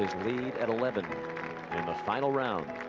lead at eleven and final round